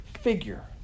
figure